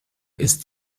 ist